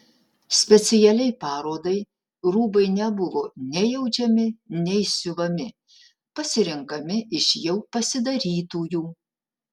specialiai parodai rūbai nebuvo nei audžiami nei siuvami pasirenkami iš jau pasidarytųjų